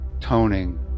toning